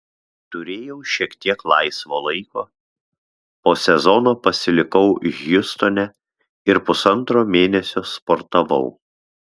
turėjau šiek tiek laisvo laiko po sezono pasilikau hjustone ir pusantro mėnesio sportavau